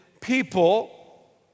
people